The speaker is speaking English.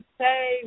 say